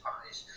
Pies